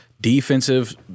defensive